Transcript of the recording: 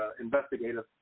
investigative –